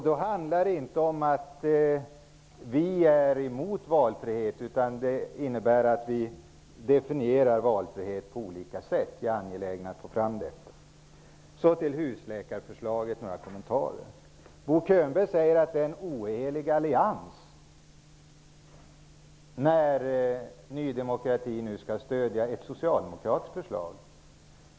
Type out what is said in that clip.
Då handlar det inte om att vi är emot valfrihet, utan det innebär att vi definierar valfrihet på olika sätt. Jag är angelägen om att få fram det. Så några kommentarer till husläkarförslaget. Bo Könberg säger att det är en ohelig allians när Ny demokrati nu skall stödja ett socialdemokratiskt förslag.